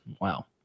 Wow